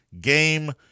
game